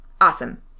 awesome